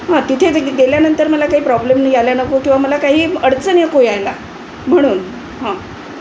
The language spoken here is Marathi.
हां तिथे क गेल्यानंतर मला काही प्रॉब्लेम नाही आल्या नको किंवा मला काही अडचण नको यायला म्हणून हां